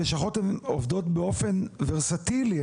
עובדות באופן ורסטילי,